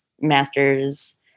master's